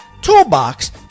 toolbox